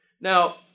Now